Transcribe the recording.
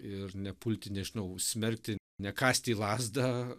ir nepulti nežinau smerkti nekąsti į lazdą